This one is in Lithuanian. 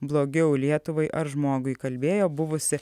blogiau lietuvai ar žmogui kalbėjo buvusi